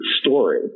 story